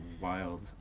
wild